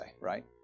right